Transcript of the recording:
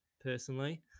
personally